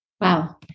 Wow